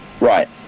right